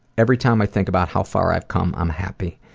every time i think about how far i've come, i'm happy.